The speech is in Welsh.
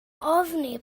ofni